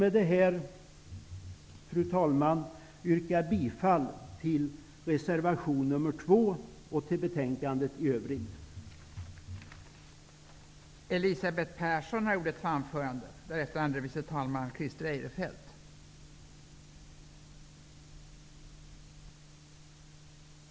Med detta vill jag yrka bifall till reservation nr 2 och i övrigt till utskottets hemställan i betänkandet.